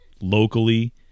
locally